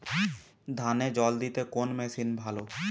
ধানে জল দিতে কোন মেশিন ভালো?